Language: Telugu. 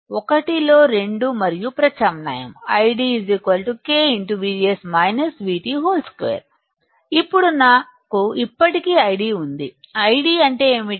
1 లో 2 మరియు ప్రత్యామ్నాయం ID K 2 ఇప్పుడు నాకు ఇప్పటికే ID ఉంది ID అంటే ఏమిటి